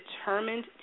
determined